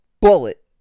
bullet